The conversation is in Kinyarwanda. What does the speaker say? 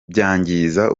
byangiza